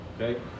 Okay